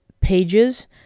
pages